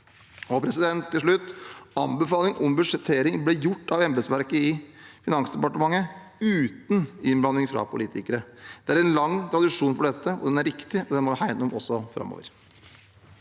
Til slutt: Anbefaling om budsjettering ble gjort av embetsverket i Finansdepartementet uten innblanding fra politikere. Det er en lang tradisjon for dette. Den er riktig, og den må vi hegne om også framover.